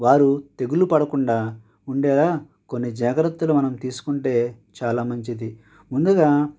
వారు తెగులు పడకుండా ఉండేలా కొన్ని జాగ్రత్తలు మనం తీసుకుంటే చాలా మంచిది ముందుగా